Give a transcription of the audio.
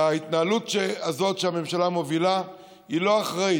וההתנהלות הזאת שהממשלה מובילה היא לא אחראית.